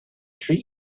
treat